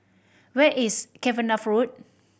where is Cavenagh Road